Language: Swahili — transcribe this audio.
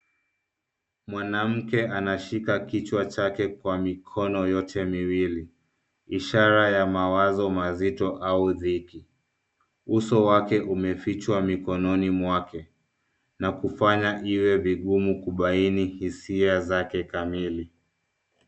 Mwanamke anashika kichwa chake kwa mikono yote miwili ishara ya mawazo mazito au dhiki. Uso wake umefichwa mikononi mwake na kufanya iwe vigumu kubaini hisia zake kamili.